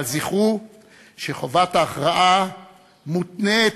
אבל זכרו שחובת ההכרעה מותנית,